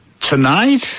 Tonight